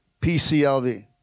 PCLV